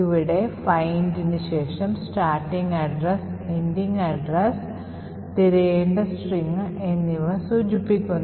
ഇവിടെ findന് ശേഷം starting address ending address തിരയേണ്ട സ്ട്രിംഗ് എന്നിവ സൂചിപ്പിക്കുന്നു